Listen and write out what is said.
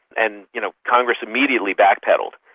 and you know congress immediately backpedalled.